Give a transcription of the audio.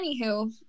Anywho